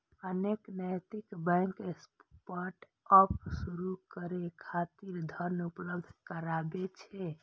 अनेक नैतिक bank startup शुरू करै खातिर धन उपलब्ध कराबै छै